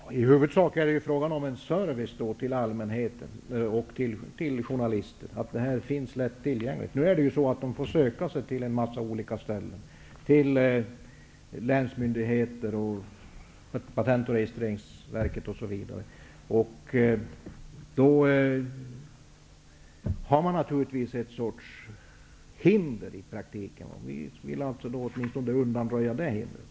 Fru talman! I huvudsak är det fråga om en service till allmänheten och journalisterna. Det handlar om att uppgifter skall vara lättillgängliga. Som det är nu får man söka efter uppgifter på en mängd olika ställen -- hos länsmyndigheter, Patent och registreringsverket osv. -- och det är i praktiken en sorts hinder. Vi vill undanröja åtminstone detta hinder.